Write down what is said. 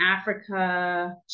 Africa